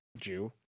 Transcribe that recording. Jew